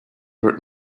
heard